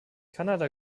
kanada